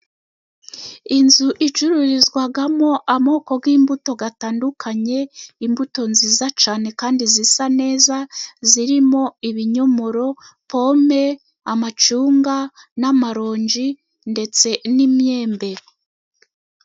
Inzu icururizwamo amoko y'imbuto atandukanye, imbuto nziza cyane kandi zisa neza. Zirimo: ibinyomoro, pome, amacunga, n'amaronji, ndetse n'imyembe.